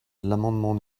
l’amendement